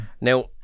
Now